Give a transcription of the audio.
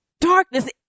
darkness